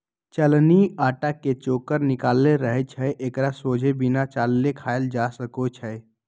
चलानि अटा के चोकर निकालल रहै छइ एकरा सोझे बिना चालले खायल जा सकै छइ